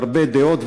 והרבה דעות,